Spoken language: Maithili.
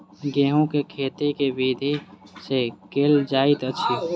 गेंहूँ केँ खेती केँ विधि सँ केल जाइत अछि?